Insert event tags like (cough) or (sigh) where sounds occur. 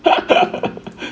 (laughs)